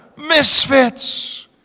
Misfits